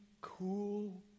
cool